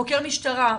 חוקר משטרה,